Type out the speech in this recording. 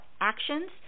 actions –